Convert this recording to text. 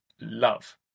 love